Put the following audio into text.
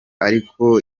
ariko